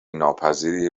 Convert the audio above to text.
ناپذیری